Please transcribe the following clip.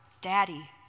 daddy